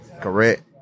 Correct